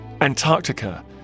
Antarctica